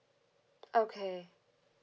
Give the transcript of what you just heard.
okay